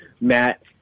Matt